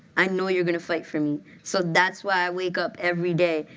i know you're going to fight for me. so that's why i wake up every day.